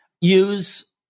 Use